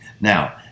Now